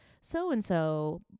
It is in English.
so-and-so